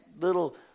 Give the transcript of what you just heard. little